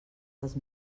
dels